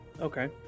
Okay